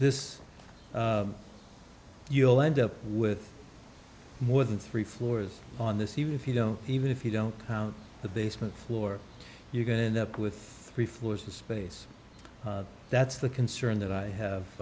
this you'll end up with more than three floors on this even if you don't even if you don't have the basement floor you're going up with three floors of space that's the concern that i have